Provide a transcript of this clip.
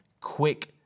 quick